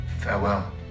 Farewell